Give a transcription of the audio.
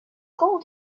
gold